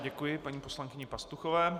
Děkuji paní poslankyni Pastuchové.